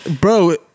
bro